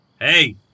hey